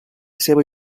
seva